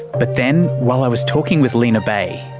but then, while i was talking with line bay